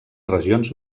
regions